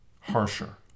harsher